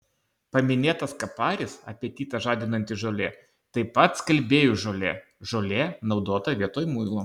paminėtas kaparis apetitą žadinanti žolė taip pat skalbėjų žolė žolė naudota vietoj muilo